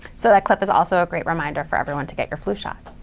so that clip is also a great reminder for everyone to get your flu shot.